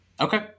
Okay